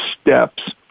steps